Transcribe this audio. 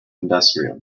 industrial